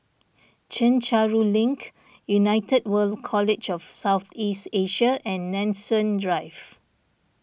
Chencharu Link United World College of South East Asia and Nanson Drive